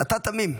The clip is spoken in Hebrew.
אתה תמים.